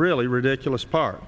really ridiculous par